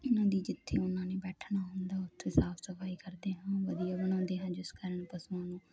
ਉਹਨਾਂ ਦੀ ਜਿੱਥੇ ਉਹਨਾਂ ਨੇ ਬੈਠਣਾ ਹੁੰਦਾ ਉੱਥੇ ਸਾਫ ਸਫਾਈ ਕਰਦੇ ਹਾਂ ਵਧੀਆ ਬਣਾਉਂਦੇ ਹਾਂ ਜਿਸ ਕਾਰਨ ਪਸ਼ੂਆਂ ਨੂੰ